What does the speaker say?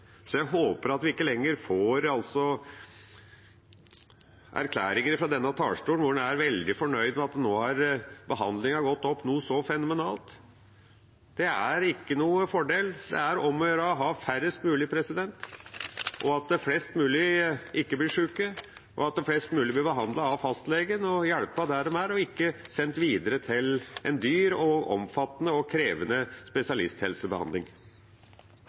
Jeg håper at vi ikke lenger får erklæringer fra denne talerstolen om at en er veldig fornøyd med at nå har det vært en fenomenal økning i antall behandlede. Det er ingen fordel. Det er om å gjøre å ha færrest mulige pasienter, at flest mulig ikke blir syke, og at flest mulig blir behandlet av fastlegen og hjulpet der de er, og ikke blir sendt videre til en dyr, omfattende og krevende spesialisthelsebehandling.